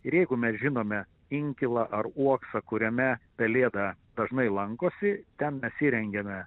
ir jeigu mes žinome inkilą ar uoksą kuriame pelėda dažnai lankosi ten mes įrengiame